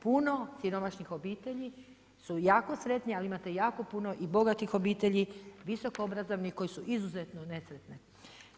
Puno siromašnih obitelji su jako sretni ali imate i jako puno i bogatih obitelj, visokoobrazovnih koji su izuzetno nesretne.